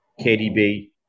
KDB